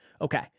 Okay